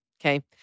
Okay